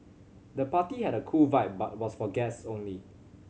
the party had a cool vibe but was for guests only